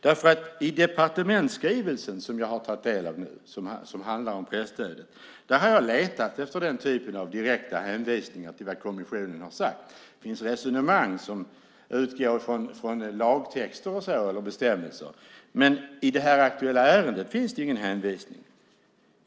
I den departementsskrivelse som handlar om presstödet som jag har tagit del av har jag letat efter den typen av direkta hänvisningar till vad kommissionen har sagt. Det finns resonemang som utgår från lagtexter och bestämmelser, men i det aktuella ärendet finns ingen hänvisning.